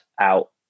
out